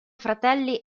fratelli